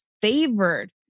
favored